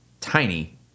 tiny